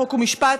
חוק ומשפט,